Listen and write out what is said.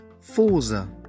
Forza